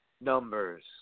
Numbers